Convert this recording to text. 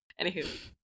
Anywho